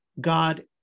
God